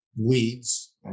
Weeds